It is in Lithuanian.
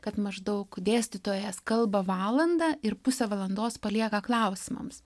kad maždaug dėstytojas kalba valandą ir pusę valandos palieka klausimams